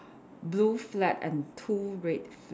blue flag and two red flags